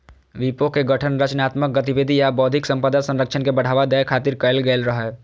विपो के गठन रचनात्मक गतिविधि आ बौद्धिक संपदा संरक्षण के बढ़ावा दै खातिर कैल गेल रहै